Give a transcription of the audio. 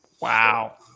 Wow